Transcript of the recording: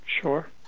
Sure